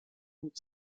und